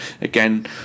again